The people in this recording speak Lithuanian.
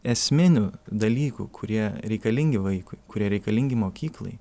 esminių dalykų kurie reikalingi vaikui kurie reikalingi mokyklai